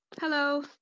hello